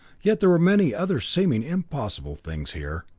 yet there were many other seeming impossible things here,